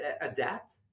adapt